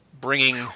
bringing